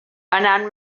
anant